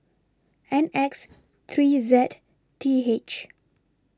N X three Z T H